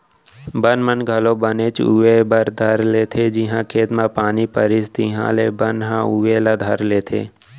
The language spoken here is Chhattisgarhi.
बन मन घलौ बनेच उवे बर धर लेथें जिहॉं खेत म पानी परिस तिहॉले बन ह उवे ला धर लेथे